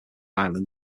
island